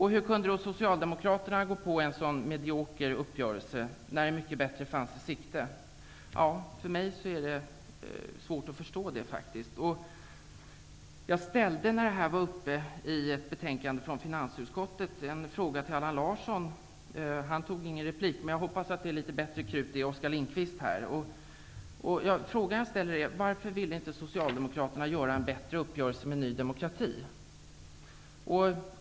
Hur kunde Socialdemokraterna gå med på en så medioker uppgörelse, när en mycket bättre fanns i sikte? För mig är detta svårt att förstå. I samband med behandlingen av finansutskottets betänkande ställde jag en fråga till Allan Larsson. Han begärde inte replik, men jag hoppas att det är litet bättre krut i Oskar Lindkvist. Frågan jag ställde var: Varför ville inte Socialdemokraterna träffa en bättre uppgörelse med Ny demokrati?